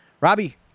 Robbie